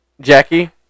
Jackie